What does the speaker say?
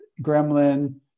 gremlin